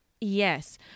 Yes